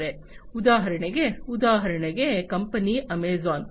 ಉದಾಹರಣೆಗೆ ಉದಾಹರಣೆಗೆ company Amazon